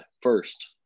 first